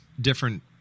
different